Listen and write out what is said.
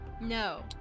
No